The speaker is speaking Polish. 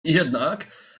jednak